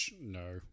no